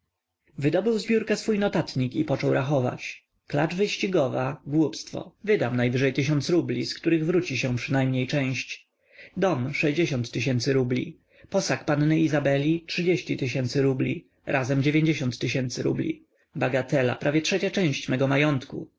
wydobył z biurka swój notatnik i począł rachować klacz wyścigowa głupstwo wydam najwyżej tysiąc rubli z których wróci się przynajmniej część dom sześćdziesiąt tysięcy rubli posag panny izabeli trzydzieści tysięcy rubli razem dziewięćdziesiąt tysięcy rubli bagatela prawie trzecia część mego majątku